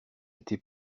été